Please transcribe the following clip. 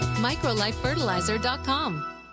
microlifefertilizer.com